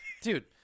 Dude